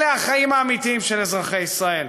אלה החיים האמיתיים של אזרחי ישראל.